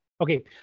Okay